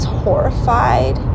horrified